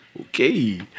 Okay